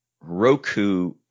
Roku